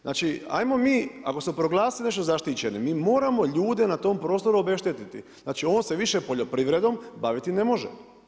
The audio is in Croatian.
Znači ajmo mi ako ste proglasili nešto zaštićenim mi moramo ljude na tom prostoru obeštetiti, znači on se više poljoprivredom baviti ne može.